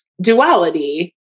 duality